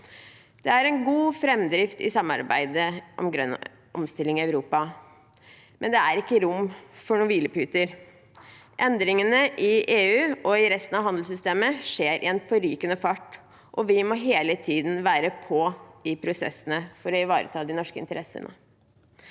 Det er god framdrift i samarbeidet om grønn omstilling i Europa, men det er ikke rom for noen hvilepute. Endringene i EU og i resten av handelssystemet skjer i en forrykende fart, og vi må hele tiden være på i prosessene for å ivareta de norske interessene.